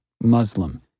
Muslim